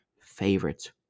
favorites